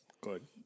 Good